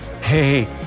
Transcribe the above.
hey